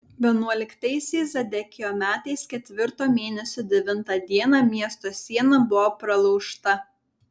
vienuoliktaisiais zedekijo metais ketvirto mėnesio devintą dieną miesto siena buvo pralaužta